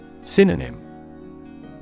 Synonym